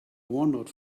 wandered